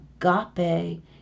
agape